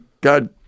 God